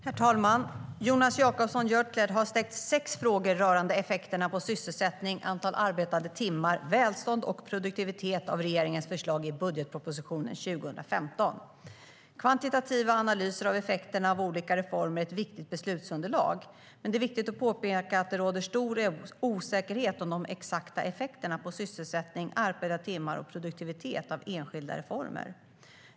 Herr talman! Jonas Jacobsson Gjörtler har ställt sex frågor rörande effekterna på sysselsättning, antal arbetade timmar, välstånd och produktivitet av regeringens förslag i budgetpropositionen för 2015. Kvantitativa analyser av effekterna av olika reformer är ett viktigt beslutsunderlag. Men det är viktigt att påpeka att det råder stor osäkerhet om de exakta effekterna på sysselsättning, arbetade timmar och produktivitet av enskilda reformer.